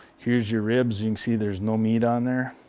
here's your ribs, you can see there's no meat on there.